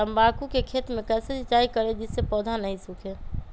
तम्बाकू के खेत मे कैसे सिंचाई करें जिस से पौधा नहीं सूखे?